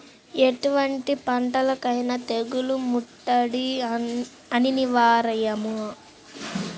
ఎటువంటి పంటలకైన తెగులు ముట్టడి అనివార్యమా?